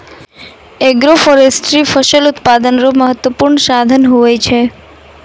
agroforestry फसल उत्पादन रो महत्वपूर्ण साधन हुवै छै